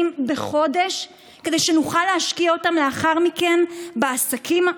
בחודש כדי שנוכל להשקיע אותם לאחר מכן בעסקים,